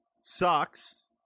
sucks